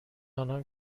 انان